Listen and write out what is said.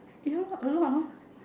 you know what a lot hor